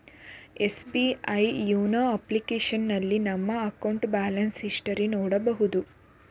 SBI YONO ಅಪ್ಲಿಕೇಶನ್ನಲ್ಲಿ ನಮ್ಮ ಅಕೌಂಟ್ನ ಬ್ಯಾಲೆನ್ಸ್ ಹಿಸ್ಟರಿ ನೋಡಬೋದು